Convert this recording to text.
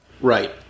Right